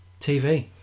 TV